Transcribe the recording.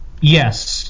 yes